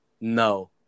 No